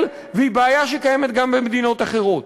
והיא בעיה שקיימת גם במדינות אחרות.